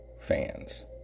fans